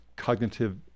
Cognitive